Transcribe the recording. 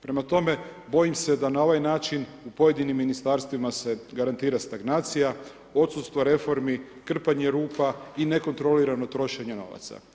Prema tome, bojim se da na ovaj način u pojedinim ministarstvima se garantira stagnacija, odsustvo reformi, krpanje rupa i nekontrolirano trošenje novaca.